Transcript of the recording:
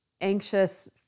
anxious